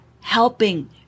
helping